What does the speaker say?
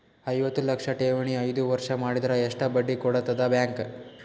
ಐವತ್ತು ಲಕ್ಷ ಠೇವಣಿ ಐದು ವರ್ಷ ಮಾಡಿದರ ಎಷ್ಟ ಬಡ್ಡಿ ಕೊಡತದ ಬ್ಯಾಂಕ್?